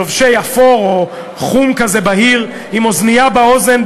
לובשי אפור או חום בהיר עם אוזנייה באוזן,